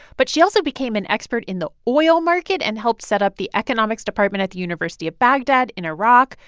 but she also became an expert in the oil market and helped set up the economics department at the university of baghdad in iraq,